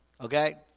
Okay